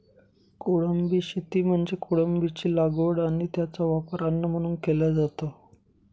कोळंबी शेती म्हणजे कोळंबीची लागवड आणि त्याचा वापर अन्न म्हणून केला जातो